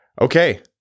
okay